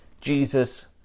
Jesus